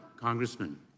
Congressman